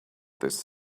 this